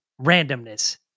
randomness